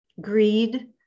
greed